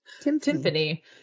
Timothy